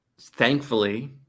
thankfully